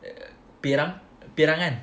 err perang perang kan